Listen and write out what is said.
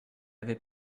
avait